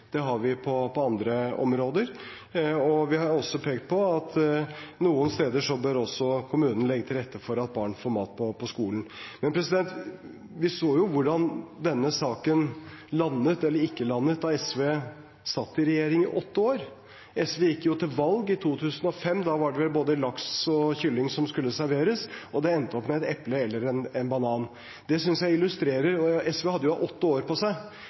Det har vi på andre områder. Vi har også pekt på at kommunen noen steder bør legge til rette for at barn får mat på skolen. Men vi så jo hvordan denne saken landet – eller ikke landet – da SV satt i regjering i åtte år. SV gikk jo til valg på bl.a. skolemat i 2005. Da var det både laks og kylling som skulle serveres, og det endte med et eple eller en banan. SV hadde åtte år på seg. Det illustrerer